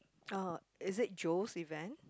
uh is it Joe's event